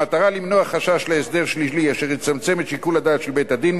במטרה למנוע חשש להסדר שלילי אשר יצמצם את שיקול הדעת של בית-הדין,